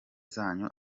zanyu